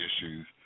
issues